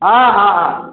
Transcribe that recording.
हाँ हाँ हाँ